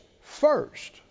first